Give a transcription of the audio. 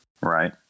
right